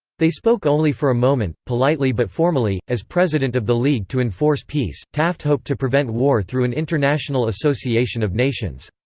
they spoke only for a moment, politely but formally as president of the league to enforce peace, taft hoped to prevent war through an international association of nations.